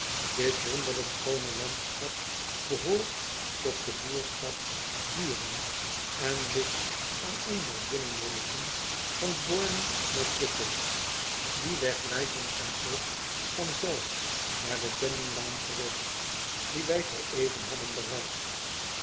it wonderlijk schoone landschap behoort tot de boerschap uren en ligt aan een der binnenwegen van orne naar wickel ie weg leidt ons dan ook van zelf naar de dennenlaan terug die wij zoo even hadden bereikt